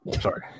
Sorry